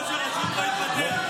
ראש הרשות לא יתפטר.